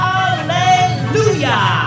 Hallelujah